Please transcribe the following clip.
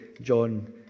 John